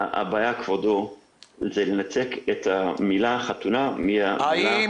הבעיה כבודו, זה לתת למילה חתונה --- האם